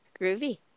Groovy